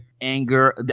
anger